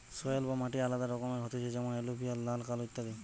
soil বা মাটি আলাদা রকমের হতিছে যেমন এলুভিয়াল, লাল, কালো ইত্যাদি